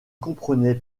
comprenait